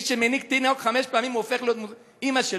מי שמיניקה תינוק חמש פעמים הופכת להיות אימא שלו,